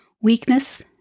Weakness